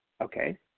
Okay